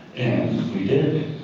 and we did,